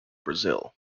brazil